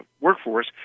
workforce